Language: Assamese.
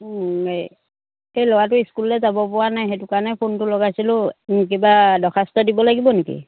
এই এই ল'ৰাটো স্কুললৈ যাব পৰা নাই সেইটো কাৰণে ফোনটো লগাইছিলোঁ কিবা দৰ্খাস্ত দিব লাগিব নেকি